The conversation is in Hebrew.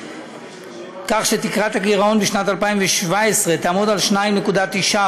כך שתקרת הגירעון בשנת 2017 תהיה 2.9%,